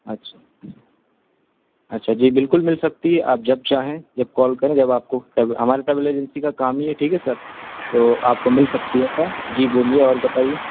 اچھا اچھا جی بالکل مل سکتی ہے آپ جب چاہیں جب کال کریں جب آپ کو ٹراویل ہماری ٹریول ایجینسی کا کام ہی ہے ٹھیک ہے سر تو آپ کو مل سکتی ہے سر جی بولیے اور بتائیے